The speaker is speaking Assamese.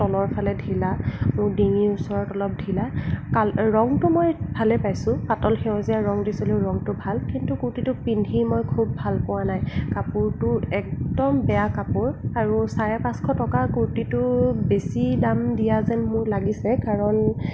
তলৰফালে ঢিলা মোৰ ডিঙিৰ ওচৰত অলপ ঢিলা কাল ৰঙটো মই ভালে পাইছোঁ পাতল সেউজীয়া ৰঙ দিছিলোঁ ৰঙটো ভাল কিন্তু কুৰ্তীটো পিন্ধি মই খুব ভাল পোৱা নাই কাপোৰটো একদম বেয়া কাপোৰ আৰু চাৰে পাঁচশ টকা কুৰ্তীটো বেছি দাম দিয়া যেন মোৰ লাগিছে কাৰণ